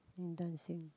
in dancing